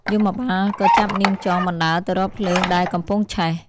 យមបាលក៏ចាប់នាងចងបណ្តើរទៅរកភ្លើងដែលកំពុងឆេះ ។